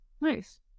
nice